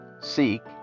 seek